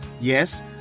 Yes